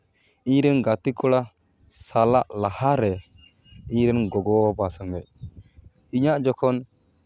ᱤᱧᱨᱮᱱ ᱜᱟᱛᱮ ᱠᱚᱲᱟ ᱥᱟᱞᱟᱜ ᱞᱟᱦᱟᱨᱮ ᱤᱧᱨᱮᱱ ᱜᱚᱜᱚᱼᱵᱟᱵᱟ ᱥᱚᱸᱜᱮᱜ ᱤᱧᱟᱹᱜ ᱡᱚᱠᱷᱚᱱ